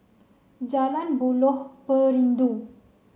Jalan Buloh Perindu